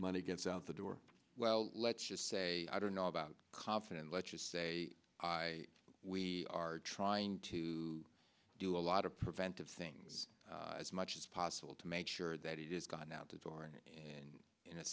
money gets out the door well let's just say i don't know about confidence let's just say we are trying to do a lot of preventive things as much as possible to make sure that it is gone out the door